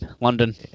London